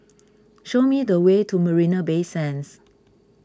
show me the way to Marina Bay Sands